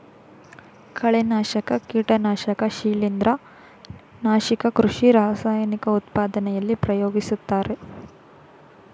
ಕಳೆನಾಶಕ, ಕೀಟನಾಶಕ ಶಿಲಿಂದ್ರ, ನಾಶಕ ಕೃಷಿ ರಾಸಾಯನಿಕ ಉತ್ಪಾದನೆಯಲ್ಲಿ ಪ್ರಯೋಗಿಸುತ್ತಾರೆ